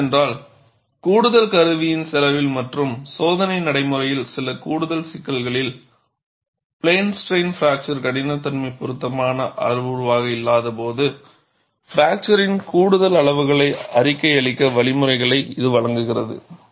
அது என்னவென்றால் கூடுதல் கருவியின் செலவில் மற்றும் சோதனை நடைமுறையில் சில கூடுதல் சிக்கல்களில் பிளேன் ஸ்ட்ரைன்பிராக்சர் கடினத்தன்மை பொருத்தமான அளவுருவாக இல்லாதபோது பிராக்ச்சரின் கூடுதல் அளவுகளை அறிக்கை அளிக்க வழிமுறைகளை இது வழங்குகிறது